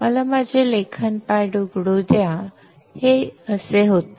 मला माझे लेखन पॅड उघडू द्या ते असे होते